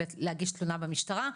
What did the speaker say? ענבר בזק,